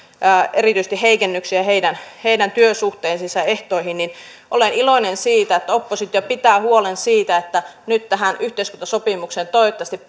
erityisesti heikennyksiä heidän heidän työsuhteidensa ehtoihin olen iloinen siitä että oppositio pitää huolen siitä että nyt tähän yhteiskuntasopimukseen toivottavasti